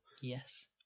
Yes